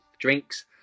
drinks